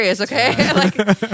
okay